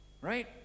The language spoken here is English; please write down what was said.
right